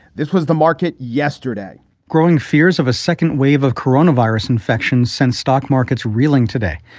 this was the market yesterday growing fears of a second wave of coronavirus infection sent stock markets reeling today.